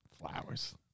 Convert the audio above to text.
Flowers